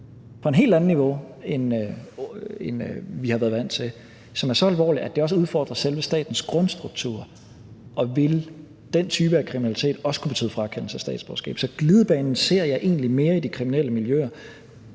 på et helt andet niveau, end vi har været vant til, at det også udfordrer selve statens grundstrukturer, og om den type af kriminalitet også vil kunne betyde frakendelse af statsborgerskab. Så glidebanen ser jeg egentlig mere i de kriminelle miljøer.